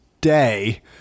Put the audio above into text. day